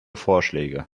vorschläge